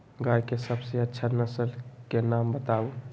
गाय के सबसे अच्छा नसल के नाम बताऊ?